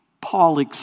Paul